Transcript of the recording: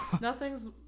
Nothing's